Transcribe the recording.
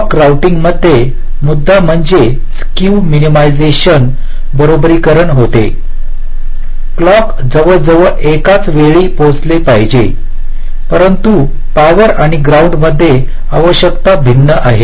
clock routing मध्ये मुद्दा म्हणजे स्क्यू मिनीमायझेशनचे बरोबरीकरण होते क्लॉक जवळजवळ एकाच वेळी पोचले पाहिजे परंतु पॉवर आणि ग्राउंड मध्ये आवश्यकता भिन्न आहे